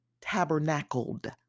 tabernacled